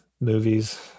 movies